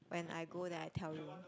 when I go then I tell you